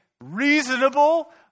reasonable